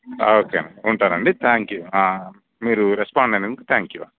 okay అండి ఉంటానండి thank you మీరు రెస్పాండ్ అయినందుకు థాంక్ యూ అండి